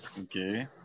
Okay